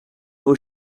vos